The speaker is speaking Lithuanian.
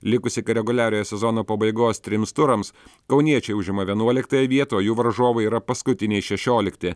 likus iki reguliariojo sezono pabaigos trims turams kauniečiai užima vienuoliktąją vietą o jų varžovai yra paskutiniai šešiolikti